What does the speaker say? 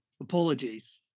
Apologies